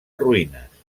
ruïnes